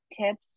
tips